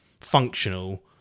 functional